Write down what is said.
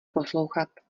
poslouchat